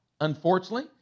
Unfortunately